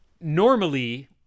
Normally